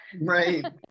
right